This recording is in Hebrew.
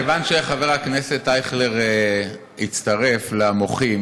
כיוון שחבר הכנסת אייכלר הצטרף למוחים,